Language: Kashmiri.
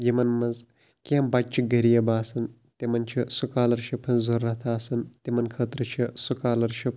یِمَن منٛز کیٚنٛہہ بَچہِ غریٖب آسان تِمَن چھُ سُکالَرشِپ ہٕنٛز ضروٗرت آسان تِمَن خٲطرٕ چھِ سُکالَرشِپ